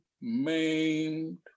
maimed